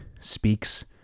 speaks